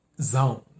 zone